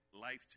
life